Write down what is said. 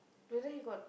today he got